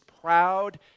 proud